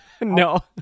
No